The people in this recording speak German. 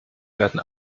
werden